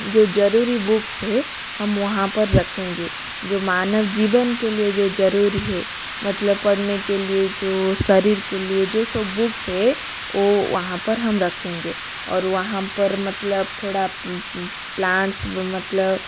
जो ज़रूरी बुक्स है हम वहाँ पर रखेंगे जो मानव जीवन के लिए जो ज़रूरी है मतलब पढ़ने के लिए जो शरीर के लिए जो सब बुक्स है वो वहाँ पर हम रखेंगे और वहाँ पर मतलब थोड़ा प्लांट्स मतलब